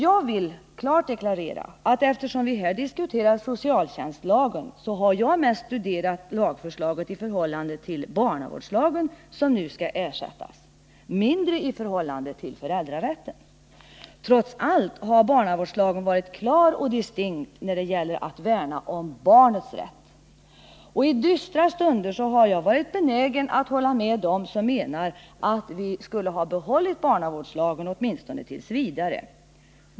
Jag vill klart deklarera att jag, eftersom vi här diskuterar socialtjänstlagen, mest har studerat lagförslaget i förhållande till barnavårdslagen, som nu skall ersättas — mindre i förhållande till föräldrarätten. Trots allt har barnavårds lagen varit klar och distinkt när det gäller att värna om barnets rätt. I dystra - stunder har jag varit benägen att hålla med dem som menar, att vi skulle ha behållit barnavårdslagen åtminstone t. v.